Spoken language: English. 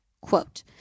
quote